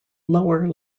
lower